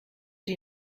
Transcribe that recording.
die